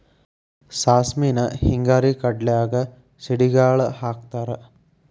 ಸಾಸ್ಮಿನ ಹಿಂಗಾರಿ ಕಡ್ಲ್ಯಾಗ ಸಿಡಿಗಾಳ ಹಾಕತಾರ